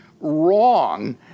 wrong